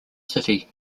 city